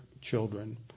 children